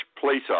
police